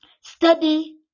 Study